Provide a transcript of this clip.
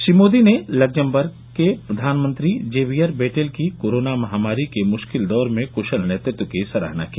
श्री मोदी ने लग्जमबर्ग के प्रधानमंत्री जेवियर बेटेल की कोरोना महामारी के मुश्किल दौर में क्शल नेतृत्व की सराहना की